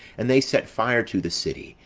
and they set fire to the city,